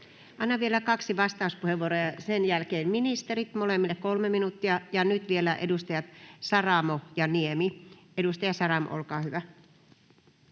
Annan vielä kaksi vastauspuheenvuoroa, ja sen jälkeen ministerit, molemmille 3 minuuttia. Ja nyt vielä edustajat Saramo ja Niemi. — Edustaja Saramo, olkaa hyvä.